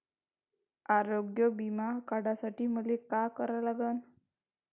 आरोग्य बिमा काढासाठी मले काय करा लागन?